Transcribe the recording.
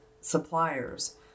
suppliers